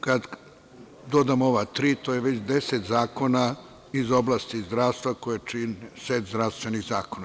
Kad dodam ova tri, to je već 10 zakona iz oblasti zdravstva koji čine set zdravstvenih zakona.